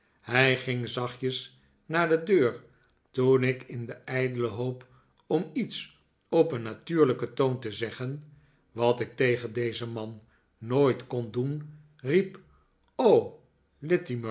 hij ging zachtjes naar de deur toen ik in de ijdele hoop om iets op een natuurlijken toon te zeggen wat ik tegen dezen man nooit kon doen riep